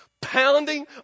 Pounding